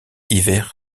hiver